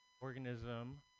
organism